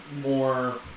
more